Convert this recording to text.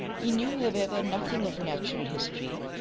he knew, however, nothing of natural history,